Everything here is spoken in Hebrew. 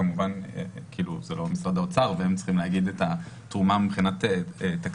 כמובן זה לא משרד האוצר והם צריכים להגיד את התרומה מבחינה תקציבית,